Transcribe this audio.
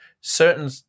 certain